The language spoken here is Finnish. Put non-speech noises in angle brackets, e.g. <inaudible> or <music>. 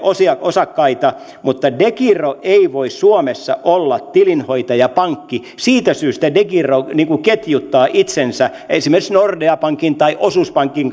osakkeita mutta degiro ei voi suomessa olla tilinhoitajapankki siitä syystä degiro niin kuin ketjuttaa itsensä esimerkiksi nordea pankin tai osuuspankin <unintelligible>